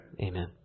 Amen